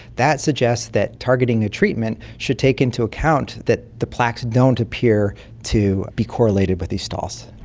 that suggests that targeting a treatment should take into account that the plaques don't appear to be correlated with these stalls.